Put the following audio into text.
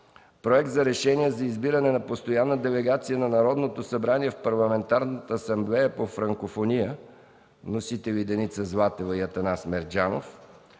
Проект за решение за избиране на постоянна делегация на Народното събрание в Интерпарламентарната асамблея по православие. Вносители – Деница Златева и Атанас Мерджанов.